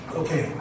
okay